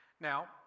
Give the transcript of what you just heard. Now